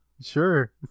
sure